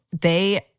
they-